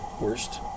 worst